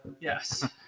Yes